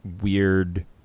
weird